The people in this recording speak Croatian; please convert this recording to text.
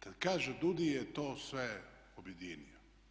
kad kaže DUDI je to sve objedinio.